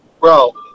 Bro